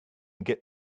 get